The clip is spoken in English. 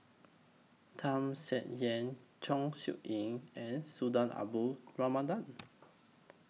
Tham Sien Yen Chong Siew Ying and Sultan Abdul Rahman Done